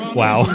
wow